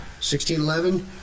1611